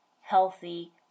healthy